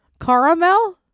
Caramel